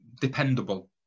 dependable